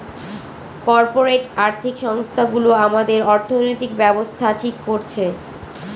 corporate আর্থিক সংস্থানগুলো আমাদের অর্থনৈতিক ব্যাবস্থা ঠিক করছে